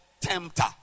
tempter